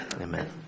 Amen